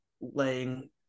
laying